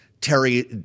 Terry